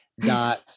dot